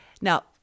Now